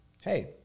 Hey